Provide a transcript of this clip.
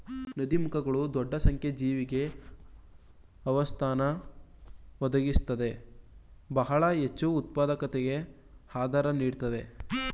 ನದೀಮುಖಗಳು ದೊಡ್ಡ ಸಂಖ್ಯೆ ಜೀವಿಗೆ ಆವಾಸಸ್ಥಾನ ಒದಗಿಸುತ್ವೆ ಬಹಳ ಹೆಚ್ಚುಉತ್ಪಾದಕತೆಗೆ ಆಧಾರ ನೀಡುತ್ವೆ